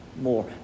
more